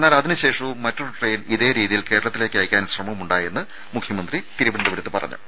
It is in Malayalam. എന്നാൽ അതിനു ശേഷവും മറ്റൊരു ട്രെയിൻ ഇതേ രീതിയിൽ കേരളത്തിലേക്ക് അയക്കാൻ ശ്രമമുണ്ടായെന്ന് മുഖ്യമന്ത്രി പറഞ്ഞു